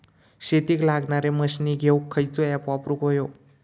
शेतीक लागणारे मशीनी घेवक खयचो ऍप घेवक होयो?